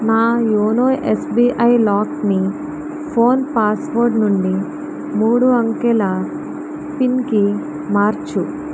నా YONO SBI లాక్ని phone password నుండి మూడు అంకెల పిన్కి మార్చు